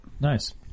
Nice